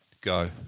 Go